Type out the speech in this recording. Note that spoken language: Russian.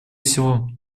всего